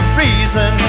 reason